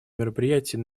мероприятия